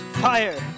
fire